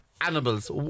animals